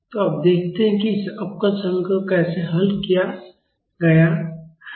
तो अब देखते हैं कि इस अवकल समीकरण को कैसे हल किया गया है